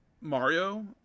mario